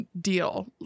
deal